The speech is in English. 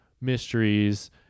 mysteries